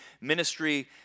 ministry